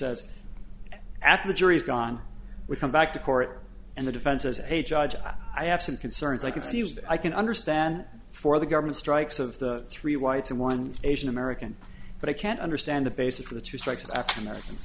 says after the jury is gone we come back to court and the defense as a judge i have some concerns i conceived i can understand for the government strikes of the three whites and one asian american but i can't understand the basis for the two strikes are americans